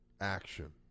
action